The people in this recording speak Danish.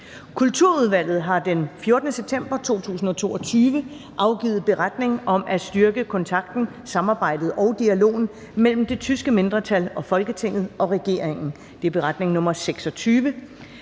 Kulturudvalget har den 14. september 2022 afgivet Beretning om at styrke kontakten, samarbejdet og dialogen mellem det tyske mindretal og Folketinget og regeringen. (Beretning nr. 26).